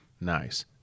nice